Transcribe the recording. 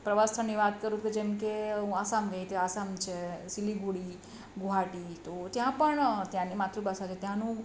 પ્રવાસ સ્થળની વાત કરું કે જેમ કે હું આસામ ગઈ હતી આસામ છે સિલિપુડી ગુહાટી તો ત્યાં પણ ત્યાંની માતૃભાષા છે ત્યાંનું